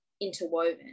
interwoven